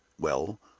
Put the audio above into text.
well,